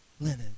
linen